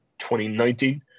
2019